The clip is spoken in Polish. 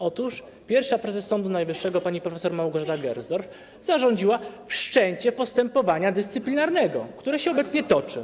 Otóż pierwsza prezes Sądu Najwyższego pani prof. Małgorzata Gersdorf zarządziła wszczęcie postępowania dyscyplinarnego, które się obecnie toczy.